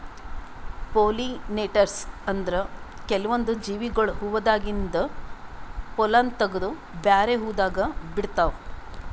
pollinators ಅಂದ್ರ ಕೆಲ್ವನ್ದ್ ಜೀವಿಗೊಳ್ ಹೂವಾದಾಗಿಂದ್ ಪೊಲ್ಲನ್ ತಗದು ಬ್ಯಾರೆ ಹೂವಾದಾಗ ಬಿಡ್ತಾವ್